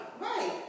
Right